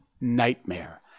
nightmare